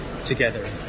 together